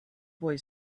boy